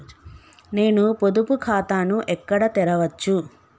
నేను పొదుపు ఖాతాను ఎక్కడ తెరవచ్చు?